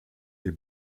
est